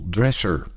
Dresser